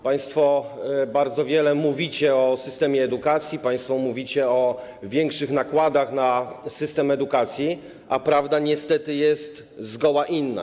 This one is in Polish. Państwo bardzo wiele mówicie o systemie edukacji, państwo mówicie o większych nakładach na system edukacji, a prawda niestety jest zgoła inna.